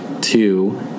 Two